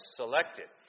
selected